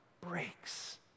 breaks